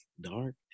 dark